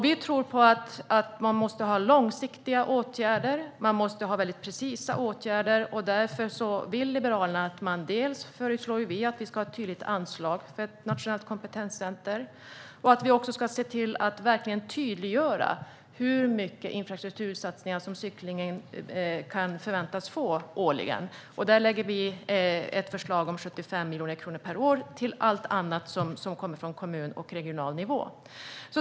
Vi tror att man måste ha långsiktiga åtgärder och att man måste ha mycket precisa åtgärder. Därför föreslår Liberalerna att det ska vara ett tydligt anslag för ett nationellt kompetenscenter och att vi också ska se till att verkligen tydliggöra hur mycket infrastruktursatsningar som cyklingen kan förväntas få årligen. Vi föreslår 75 miljoner kronor per år till allt annat som kommer från kommunal och regional nivå.